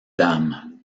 dames